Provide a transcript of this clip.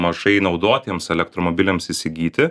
mažai naudotiems elektromobiliams įsigyti